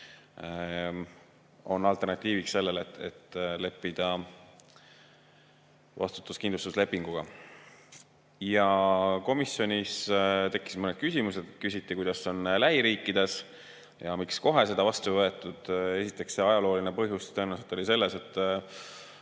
on alternatiiv sellele, et leppida vastutuskindlustuslepinguga. Komisjonis tekkisid mõned küsimused. Küsiti, kuidas on lähiriikides ja miks kohe seda vastu ei võetud. Esiteks, see põhjus tõenäoliselt oli selles, et